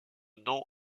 nom